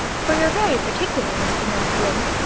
for you're very particular, mr. north wind,